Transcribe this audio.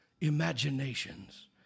imaginations